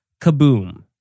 kaboom